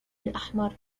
الأحمر